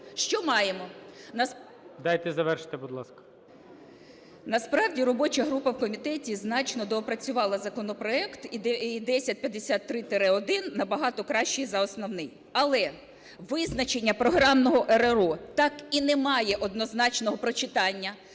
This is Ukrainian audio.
Дайте завершити, будь ласка. ЮЖАНІНА Н.С. Насправді робоча група в комітеті значно доопрацювала законопроект і 1053-1 на багато кращий за основний. Але визначення програмного РРО так і не має однозначного прочитання.